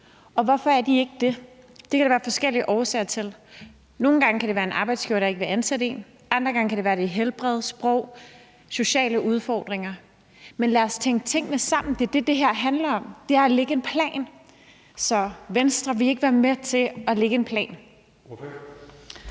og hvorfor er de ikke det? Det kan der være forskellige årsager til. Nogle gange kan det være en arbejdsgiver, der ikke vil ansætte en. Andre gange kan det være, det er helbred, sprog eller sociale udfordringer. Men lad os tænke tingene sammen. Det er det, det her handler om. Det er at lægge en plan. Så, Venstre, vil I ikke være med til at lægge en plan?